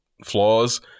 flaws